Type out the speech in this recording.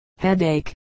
headache